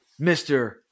Mr